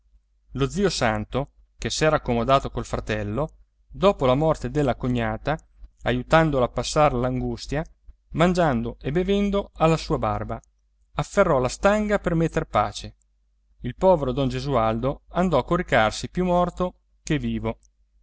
lo zio santo che s'era accomodato col fratello dopo la morte della cognata aiutandolo a passar l'angustia mangiando e bevendo alla sua barba afferrò la stanga per metter pace il povero don gesualdo andò a coricarsi più morto che vivo